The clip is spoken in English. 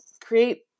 create